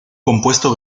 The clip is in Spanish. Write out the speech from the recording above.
compuesto